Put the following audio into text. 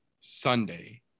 Sunday